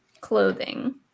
Clothing